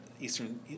Eastern